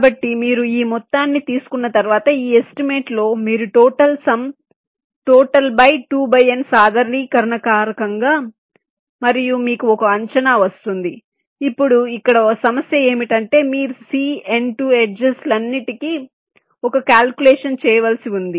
కాబట్టి మీరు ఈ మొత్తాన్ని తీసుకున్న తర్వాత ఈ ఎస్టిమేట్ లో మీరు టోటల్ సమ్ టోటల్ బై సాధారణీకరణ కారకంగా మరియు మీకు ఒక అంచనా వస్తుంది ఇప్పుడు ఇక్కడ సమస్య ఏమిటంటే మీరు ఎడ్జెస్ ల న్నింటికీ ఒక కాల్క్యూలేషన్ చేయవలసి ఉంది